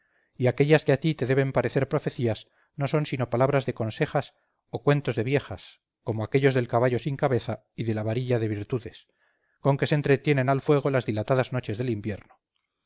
y aquellas que a ti te deben parecer profecías no son sino palabras de consejas o cuentos de viejas como aquellos del caballo sin cabeza y de la varilla de virtudes con que se entretienen al fuego las dilatadas noches del invierno